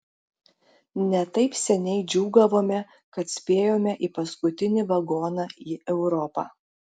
ne taip senai džiūgavome kad spėjome į paskutinį vagoną į europą